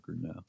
now